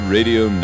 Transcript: Radio